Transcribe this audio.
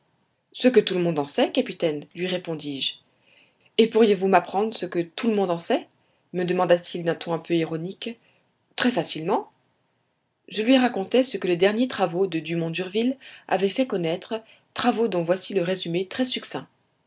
ce que tout le monde en sait capitaine lui répondis-je et pourriez-vous m'apprendre ce que tout le monde en sait me demanda-t-il d'un ton un peu ironique très facilement je lui racontai ce que les derniers travaux de dumont d'urville avaient fait connaître travaux dont voici le résumé très succinct